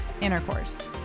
intercourse